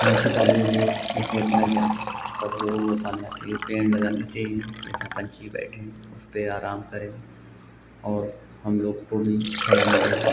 पक्षी पालने के लिए उसमें सोचना क्या है सब लोगों को पालना चाहिए पेड़ लगाने चाहिए जिसमें पक्षी बैठें उसपर आराम करें और हमलोग को भी छाया मिले